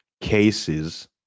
cases